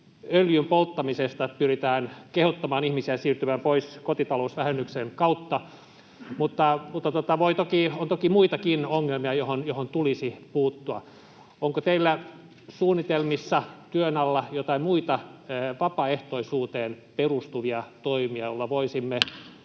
öljyn polttamisesta pyritään kehottamaan ihmisiä siirtymään pois kotitalousvähennyksen kautta, mutta on toki muitakin ongelmia, joihin tulisi puuttua. Onko teillä suunnitelmissa työn alla joitain muita vapaaehtoisuuteen perustuvia toimia, [Puhemies